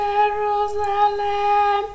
Jerusalem